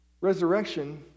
Resurrection